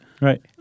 Right